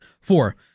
Four